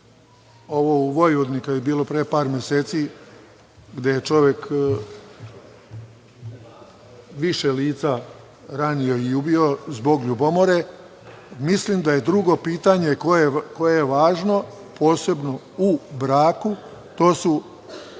ovo u Vojvodini, kada je bilo pre par meseci, gde je čovek više lica ranio i ubio zbog ljubomore, mislim da je drugo pitanje koje je važno, posebno u braku, to je